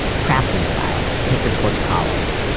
craftsman style, tapered porch columns,